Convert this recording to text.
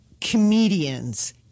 comedians